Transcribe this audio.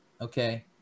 okay